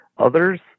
Others